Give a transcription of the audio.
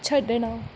ਛੱਡਣਾ